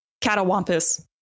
catawampus